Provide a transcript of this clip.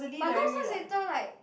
but now science center like